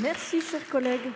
La parole